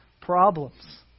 problems